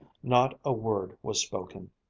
not a word was spoken.